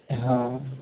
हँ